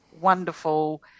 wonderful